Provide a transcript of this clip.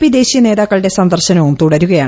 P ദേശീയ നേതാക്കളുടെ സന്ദർശനവും തുടരുകയാണ്